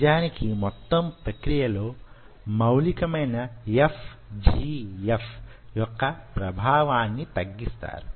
నిజానికి యీ మొత్తం ప్రక్రియ లో మౌలికమైన FGF యొక్క ప్రభావాన్ని తగ్గిస్తారు